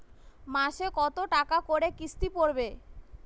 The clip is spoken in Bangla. মাসে কত টাকা করে কিস্তি পড়বে?